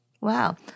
Wow